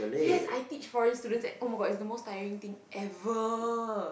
yes I teach foreign students at [oh]-my-God is the most tiring thing ever